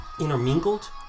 Intermingled